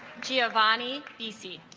giovanni bc